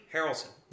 Harrelson